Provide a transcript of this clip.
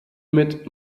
mit